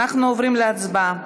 אנחנו עוברים להצבעה,